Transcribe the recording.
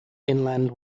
inland